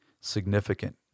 significant